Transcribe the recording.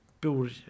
build